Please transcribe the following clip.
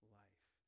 life